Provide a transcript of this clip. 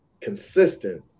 consistent